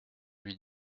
lui